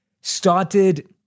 started